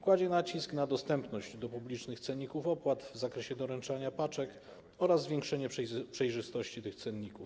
Kładzie nacisk na dostępność publicznych cenników opłat w zakresie doręczania paczek oraz zwiększenie przejrzystości tych cenników.